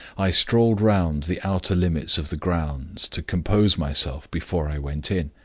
i strolled round the outer limits of the grounds to compose myself before i went in.